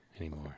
anymore